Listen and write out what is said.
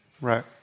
Right